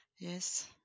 yes